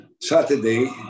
Saturday